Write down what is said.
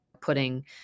putting